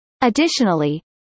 Additionally